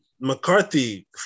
McCarthy